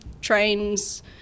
trains